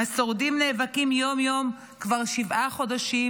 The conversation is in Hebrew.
השורדים נאבקים יום-יום, כבר שבעה חודשים,